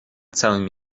całym